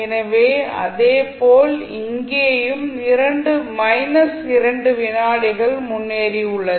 எனவே அதேபோல் இங்கேயும் 2 வினாடிகள் முன்னேறி உள்ளது